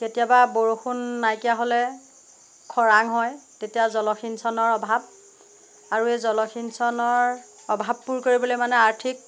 কেতিয়াবা বৰষুণ নাইকিয়া হ'লে খৰাং হয় তেতিয়া জলসিঞ্চলৰ অভাৱ আৰু এই জলসিঞ্চনৰ অভাৱ পূৰ কৰিবলৈ মানে আৰ্থিক